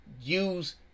use